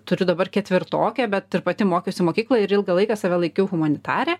turiu dabar ketvirtokę bet ir pati mokiausi mokykloj ir ilgą laiką save laikiau humanitarė